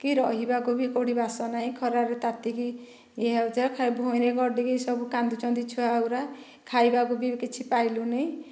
କି ରହିବାକୁ ବି କେଉଁଠି ବାସ ନାହିଁ ଖରାରେ ତାତିକି ଇଏ ହେଉଛି ଆଉ ଖାଲି ଭୂଇଁରେ ଗଡିକି ସବୁ କାନ୍ଦୁଛନ୍ତି ଛୁଆଗୁଡ଼ା ଖାଇବାକୁ ବି କିଛି ପାଇଲୁନାହିଁ